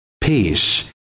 peace